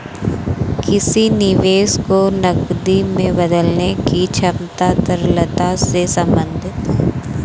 किसी निवेश को नकदी में बदलने की क्षमता तरलता से संबंधित है